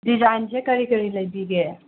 ꯗꯤꯖꯥꯏꯟꯁꯦ ꯀꯔꯤ ꯀꯔꯤ ꯂꯩꯕꯤꯒꯦ